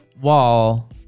wall